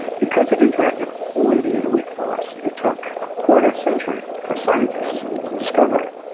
because it interacted only via the weak force, it took a quarter century for scientists to discover it.